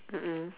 mm mm